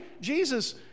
Jesus